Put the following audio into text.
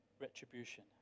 retribution